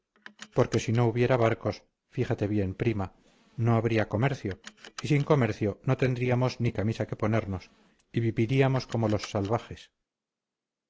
porque si no hubiera barcos fíjate bien prima no habría comercio y sin comercio no tendríamos ni camisa que ponernos y viviríamos como los salvajes